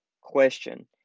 question